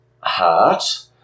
heart